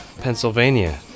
Pennsylvania